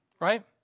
right